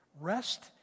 rest